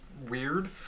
weird